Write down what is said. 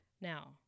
now